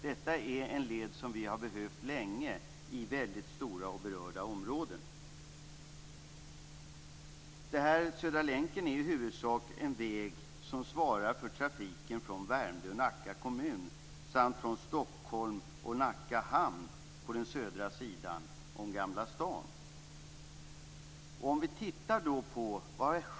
Detta är en led som vi har behövt länge i väldigt stora och berörda områden. Gamla stan. Om vi tittar på vad som har skett under dessa 30 år i dessa områden befolkningsmässigt framkommer följande.